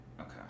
okay